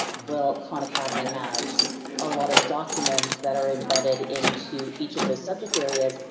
well, khan academy has a lot of documents that are embedded into each of those subject areas,